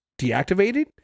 deactivated